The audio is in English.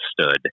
stood